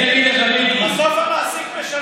בסוף המעסיק משלם.